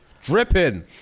Dripping